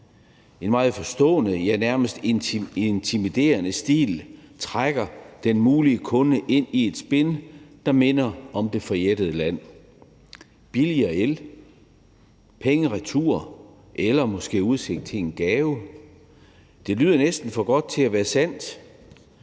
En meget forstående, ja, nærmest intimiderende stil trækker den mulige kunde ind i et spind, der minder om det forjættede land: billigere el, penge retur eller måske udsigt til en gave. Det lyder næsten for godt til at være sandt